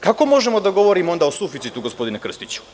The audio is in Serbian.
Kako možemo da govorimo onda o suficitu, gospodine Krstiću?